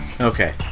Okay